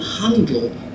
handle